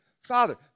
father